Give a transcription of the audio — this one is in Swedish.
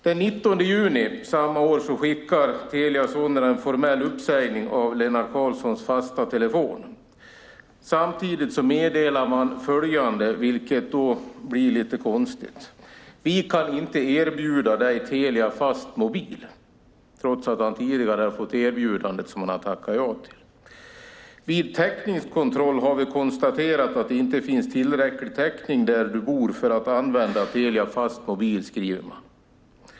Den 19 juni samma år skickar Telia Sonera en formell uppsägning av Lennart Karlssons fasta telefon. Samtidigt meddelar man följande, vilket blir lite konstigt: Vi kan inte erbjuda dig Telia Fastmobil. Detta skriver man trots erbjudandet som han tidigare har tackat ja till. Man skriver: Vid täckningskontroll har vi konstaterat att det inte finns tillräcklig täckning där du bor för att använda Telia Fastmobil.